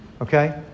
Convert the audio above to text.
okay